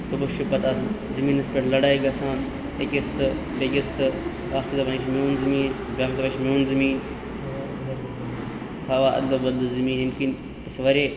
صُبحس چھِ پَتہٕ اَتھ زٔمیٖنَس پٮ۪ٹھ لَڑایہِ گَژھان أکِس تہٕ بیٚکِس تہٕ اَکھ چھِ دَپان یہِ چھُ میون زٔمیٖن بیٛاکھ چھِ دَپان یہِ چھُ میون زٔمیٖن ہاوان اَدلہٕ بدلہٕ زٔمیٖن ییٚمۍ کِنۍ اَسہِ واریاہ